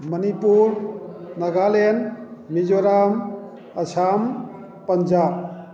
Manipur Nagaland Mizoram Assam Punjab